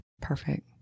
Perfect